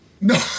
No